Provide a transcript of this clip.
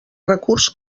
recurs